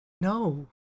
No